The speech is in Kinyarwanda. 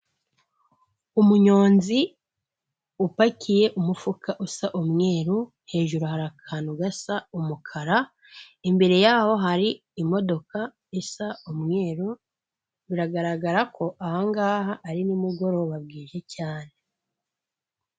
Umunyonzi upakiye umufuka usa umweru, hejuru hari akantu gasa umukara, imbere yaho hari imodoka isa umweru, biragaragara ko aha ngaha ari nimugoroba bwije cyane.